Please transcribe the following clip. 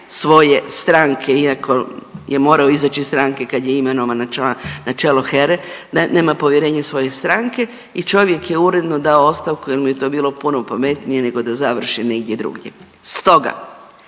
svoje stranke iako je morao izaći iz stranke kad je imenovan na čelo HERA-e da nema povjerenje svoje stranke i čovjek je uredno dao ostavku jer mu je to bilo puno pametnije nego da završi negdje drugdje. Stoga